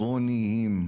עירוניים.